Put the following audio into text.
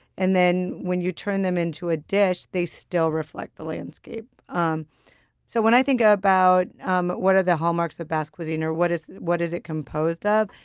and then when you turn them into a dish, they still reflect the landscape um so when i think ah about um what are the hallmarks of basque cuisine or what is what is it composed of,